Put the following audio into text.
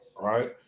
right